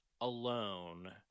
alone